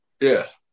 Yes